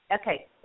Okay